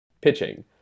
Pitching